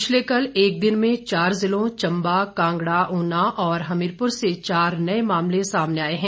पिछले कल एक दिन में चार जिलों चंबा कांगड़ा उना व हमीरपुर से चार नए मामले सामने आए हैं